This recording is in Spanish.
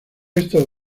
estos